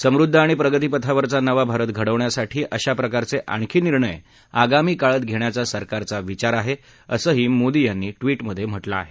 समृद्ध आणि प्रगतिपथावरचा नवा भारत घडवण्यासाठी अशाप्रकारचे आणखी निर्णय आगामी काळात घेण्याचा सरकारचा विचार आहे असंही मोदी यांनी ट्विटमध्ये म्हटलं आहे